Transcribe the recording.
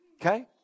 Okay